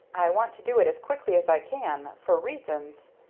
i want to do it as quickly as i can, for reasons,